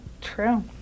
True